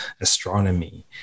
astronomy